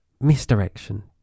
misdirection